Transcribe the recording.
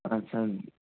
अच्छा